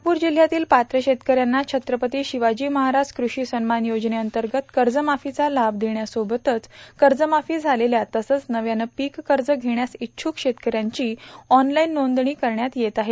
नागपूर जिल्हयातील पात्र शेतकऱ्यांना छत्रपती शिवाजी महाराज कृषी सन्मान योजनेअंतर्गत कर्जमाफीचा लाभ देण्यासोबतच कर्जमाफी झालेल्या तसंच नव्यानं पीक कर्ज घेण्यास इच्छुक शेतकऱ्यांची ऑनलाईन नोंदणी करण्यात येत आहे